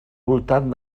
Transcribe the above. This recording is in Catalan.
voltant